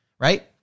Right